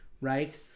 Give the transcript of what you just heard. Right